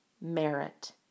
merit